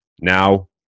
now